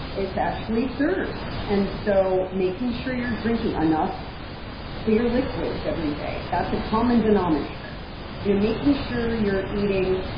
it's actually thirst. and so making sure you're drinking enough clear liquids every day. that's a common denominator you know making sure you're eating,